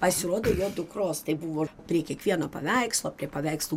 pasirodo jo dukros tai buvo ir prie kiekvieno paveikslo prie paveikslų